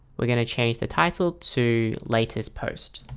we're gonna change the title to latest post